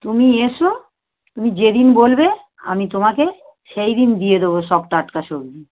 তুমি এসো তুমি যেদিন বলবে আমি তোমাকে সেই দিন দিয়ে দেবো সব টাটকা সবজি